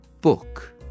Book